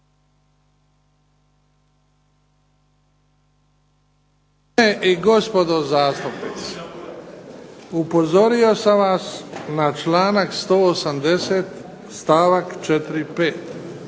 upozorio sam vas na članak 180. stavak 4.